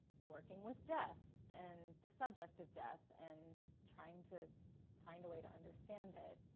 working with death and the subject of death and trying to find a way to understand it.